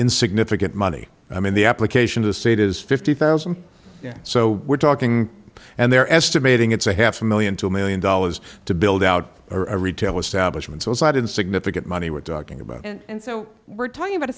in significant money i mean the application of the state is fifty thousand so we're talking and they're estimating it's a half a million two million dollars to build out a retail establishment so it's not in significant money we're talking about and so we're talking about a